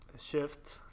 shift